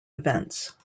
events